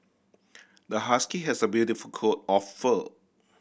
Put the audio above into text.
the husky has a beautiful coat of fur